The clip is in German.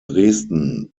dresden